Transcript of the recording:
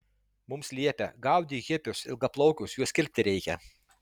mums liepia gaudyk hipius ilgaplaukius juos kirpti reikia